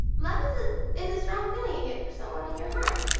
love is ah is a strong feeling you get for someone in your heart.